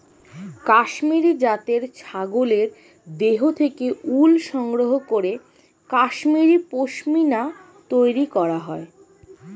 কাশ্মীরি জাতের ছাগলের দেহ থেকে উল সংগ্রহ করে কাশ্মীরি পশ্মিনা তৈরি করা হয়